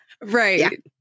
Right